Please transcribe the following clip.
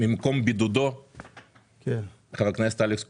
חבר הכנסת אלכס קושניר,